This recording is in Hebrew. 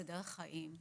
זה דרך חיים,